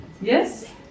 yes